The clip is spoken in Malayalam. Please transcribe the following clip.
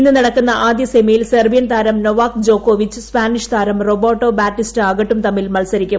ഇന്ന് നടക്കുന്ന ആദ്യ സെമിയിൽ സെർബിയൻ താരം നൊവാക് ജോക്കോവിച്ച് സ്പാനിഷ് താരം റോബർട്ടോ ബാറ്റിസ്റ്റാ ആഗട്ടും തമ്മിൽ മത്സരിക്കും